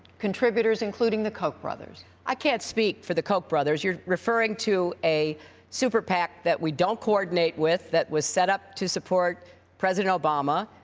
contributors including the koch brothers? clinton i can't speak for the koch brothers, you're referring to a super pac that we don't coordinate with, that was set up to support president obama,